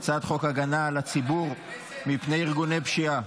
הצעת חוק הגנה על הציבור מפני ארגוני פשיעה,